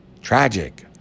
tragic